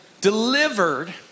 delivered